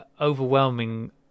overwhelming